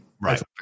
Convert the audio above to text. Right